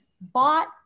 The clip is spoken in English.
bought